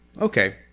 okay